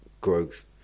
growth